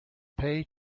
pay